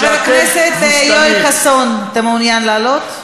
חבר הכנסת יואל חסון, אתה מעוניין לעלות?